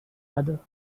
other